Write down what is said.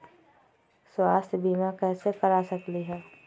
स्वाथ्य बीमा कैसे करा सकीले है?